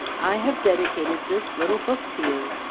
i have dedicated this little book to you.